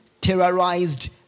terrorized